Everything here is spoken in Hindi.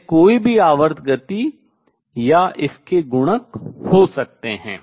यह कोई भी आवर्त गति या इसके गुणक हो सकते हैं